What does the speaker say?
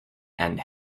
and